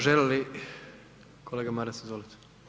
Želi li, kolega Maras, izvolite.